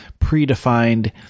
predefined